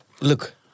Look